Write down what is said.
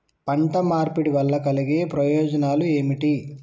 పంట మార్పిడి వల్ల కలిగే ప్రయోజనాలు ఏమిటి?